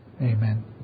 Amen